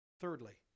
Thirdly